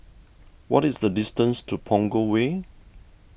what is the distance to Punggol Way